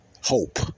hope